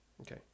Okay